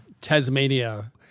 Tasmania